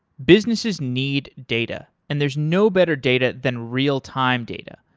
businesses need data and there's no better data than real time data,